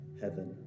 heaven